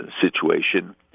situation